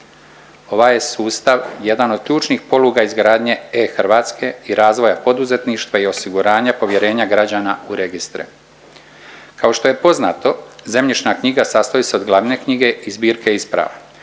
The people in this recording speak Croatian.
Ovaj je sustav jedan od ključnih poluga izgradnje e-Hrvatske i razvoja poduzetništva i osiguranja povjerenja građana u registre. Kao što je poznato zemljišna knjiga sastoji se od glavne knjige i zbirke isprava.